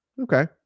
Okay